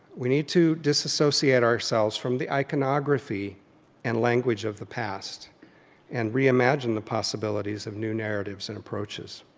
we need to disassociate ourselves from the iconography and language of the past and reimagine the possibilities of new narratives and approaches.